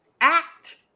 act